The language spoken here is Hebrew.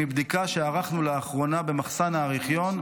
בבדיקה שערכנו לאחרונה במחסן הארכיון,